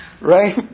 right